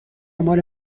مال